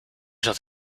zat